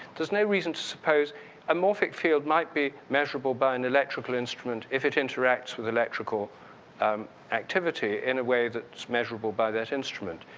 there's no reason to suppose a morphic field might be measurable by an electrical instrument if it interacts with electrical activity in a way that's measurable by that instrument.